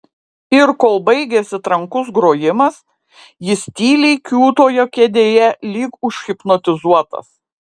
ir kol baigėsi trankus grojimas jis tyliai kiūtojo kėdėje lyg užhipnotizuotas